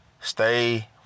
stay